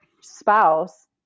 spouse